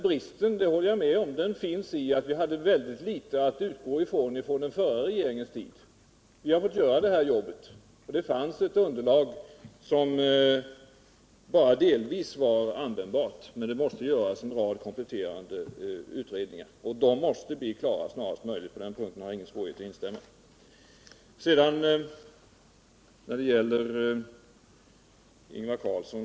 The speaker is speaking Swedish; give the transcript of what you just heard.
Bristen — det håller jag med om — är att vi hade mycket litet att utgå ifrån efter den förra regeringen. Vi har fått göra det här jobbet. Det fanns ett underlag som bara delvis var användbart, och det var nödvändigt att göra vissa kompletterande utredningar. Dessa måste bli klara snarast möjligt — på den punkten har jag ingen svårighet att instämma.